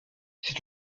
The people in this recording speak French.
c’est